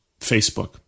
facebook